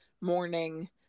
morning